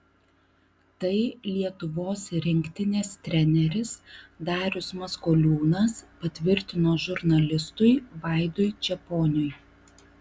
tai lietuvos rinktinės treneris darius maskoliūnas patvirtino žurnalistui vaidui čeponiui